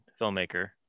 filmmaker